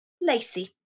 Lacey